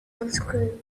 unscrew